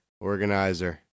organizer